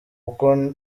kuko